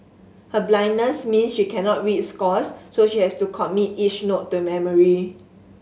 her blindness means she cannot read scores so she has to commit each note to memory